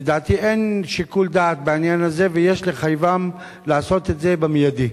לדעתי אין שיקול דעת בעניין הזה ויש לחייבם לעשות את זה מייד.